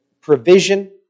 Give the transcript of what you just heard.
provision